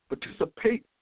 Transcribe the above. participate